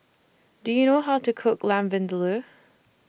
Do YOU know How to Cook Lamb Vindaloo